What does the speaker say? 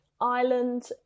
Ireland